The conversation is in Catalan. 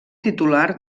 titular